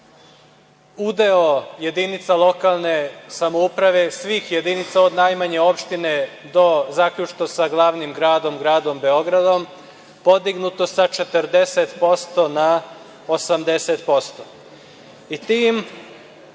udeo jedinica lokalne samouprave, svih jedinica od najmanje opštine zaključno sa glavnim gradom, gradom Beogradom, podignut je sa 40% na 80%. Time